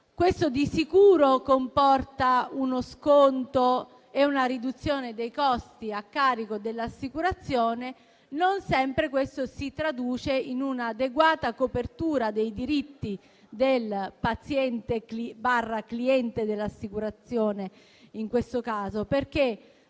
Questo di sicuro comporta uno sconto e una riduzione dei costi a carico dell'assicurazione, ma non sempre si traduce in un'adeguata copertura dei diritti del paziente/cliente dell'assicurazione. Questo avviene